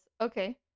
okay